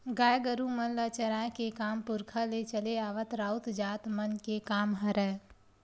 गाय गरु मन ल चराए के काम पुरखा ले चले आवत राउत जात मन के काम हरय